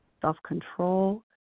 self-control